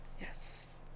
Yes